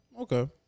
Okay